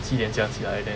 七点就要起来 then